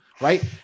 Right